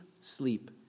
sleep